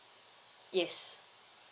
yes